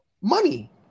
money